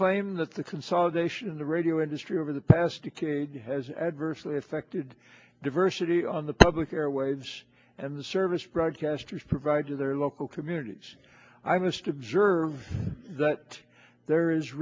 that the consolidation in the radio industry over the past decade has adversely affected diversity on the public airwaves and the service broadcasters provide to their local communities i must observe that there is